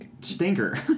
stinker